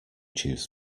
choose